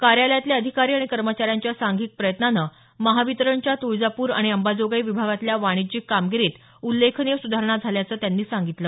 कार्यालयातले अधिकारी आणि कर्मचाऱ्यांच्या सांधिक प्रयत्नानं महावितरणच्या तुळजापूर आणि अंबाजोगाई विभागातल्या वाणिज्यक कामगिरीत उल्लेखनीय सुधारणा झाल्याचं त्यांनी सांगितलं